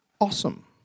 awesome